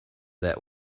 that